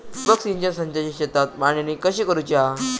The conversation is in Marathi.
ठिबक सिंचन संचाची शेतात मांडणी कशी करुची हा?